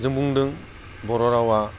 जों बुंदों बर' रावा